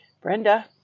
Brenda